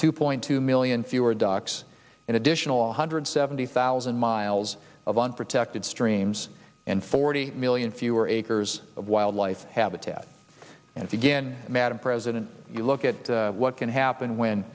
two point two million fewer docks in additional one hundred seventy thousand miles of unprotected streams and forty million fewer acres of wildlife habitat and again madam president you look at what can happen when